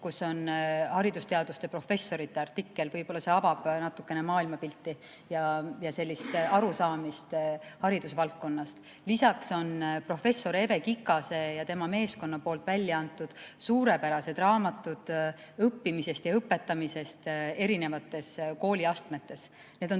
kus on haridusteaduste professorite artikkel. Võib-olla see avab natukene maailmapilti ja arusaamist haridusvaldkonnast. Lisaks on professor Eve Kikase ja tema meeskonna poolt välja antud suurepärased raamatud õppimisest ja õpetamisest erinevates kooliastmetes. Need on